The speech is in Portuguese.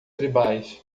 tribais